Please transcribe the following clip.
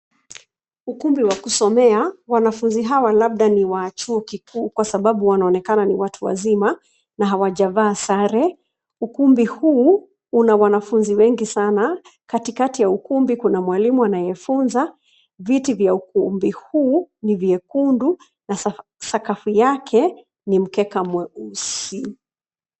Ukumbi wa kusomea. Wanafunzi hawa labda ni wa chuo kikuu kwa sababu wanaonekana ni watu wazima na hawajavaa sare. Ukumbi huu una wanafunzi wengi sana. Katikati ya ukumbi kuna mwalimu anayefunza. Viti vya ukumbi huu ni vyekundu na sakafu yake ni mkeka mweusi.